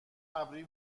ابری